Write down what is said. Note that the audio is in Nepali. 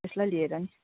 त्यसलाई लिएर नि